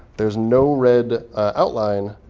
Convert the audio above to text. there's no red outline.